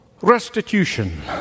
restitution